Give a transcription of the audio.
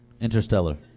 Interstellar